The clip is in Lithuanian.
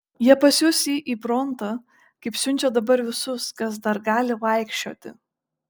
jie pasiųs jį į frontą kaip siunčia dabar visus kas dar gali vaikščioti